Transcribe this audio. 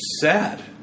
sad